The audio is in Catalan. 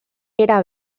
era